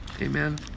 Amen